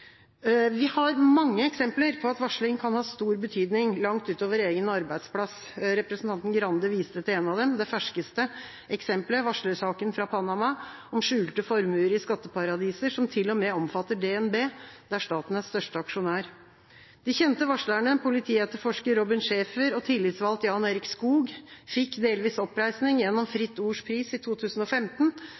Vi har mange eksempler på at varsling kan ha stor betydning, langt utover egen arbeidsplass. Representanten Arild Grande viste til en av dem. Det ferskeste eksemplet er varslersaken fra Panama om skjulte formuer i skatteparadiser, som til og med omfatter DnB, der staten er største aksjonær. De kjente varslerne politietterforsker Robin Schaefer og tillitsvalgt Jan Erik Skog fikk delvis oppreisning gjennom Fritt Ords pris i 2015